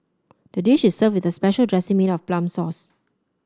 the dish is served with the special dressing made of plum sauce